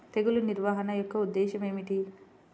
తెగులు నిర్వహణ యొక్క ఉద్దేశం ఏమిటి?